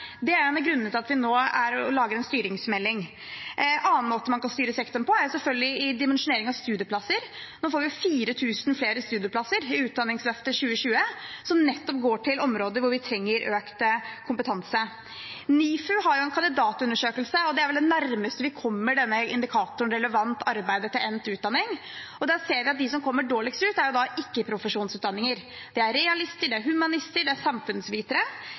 Det er en av grunnene til at vi nå lager en styringsmelding. En annen måte man kan styre sektoren på, er selvfølgelig i dimensjoneringen av studieplasser. I utdanningsløftet 2020 får vi nå 4 000 flere studieplasser som nettopp går til områder hvor vi trenger økt kompetanse. NIFU har en kandidatundersøkelse, og det er vel det nærmeste vi kommer indikatoren «relevant arbeid etter endt utdanning». Der ser vi at de som kommer dårligst ut, er ikkeprofesjonsutdanninger. Det er realister, det er humanister, det er samfunnsvitere.